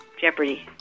Jeopardy